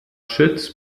schütz